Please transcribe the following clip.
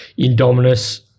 Indominus